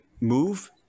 move